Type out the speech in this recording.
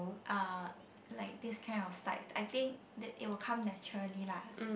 uh like this kind of sides I think t~ it will come naturally lah